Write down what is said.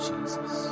Jesus